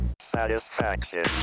satisfaction